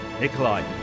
Nikolai